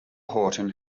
houghton